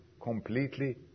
completely